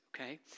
okay